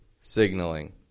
signaling